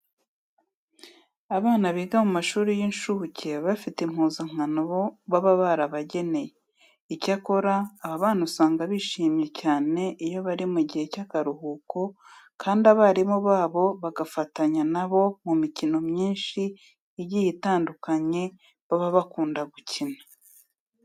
Abana biga mu mashuri y'incuke baba bafite impuzankano baba barabageneye. Icyakora aba bana usanga bishimye cyane iyo bari mu gihe cy'akaruhuko kandi abarimu babo bagafatanya na bo mu mikino myinshi igiye itandukanye baba bakunda gukina.